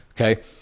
okay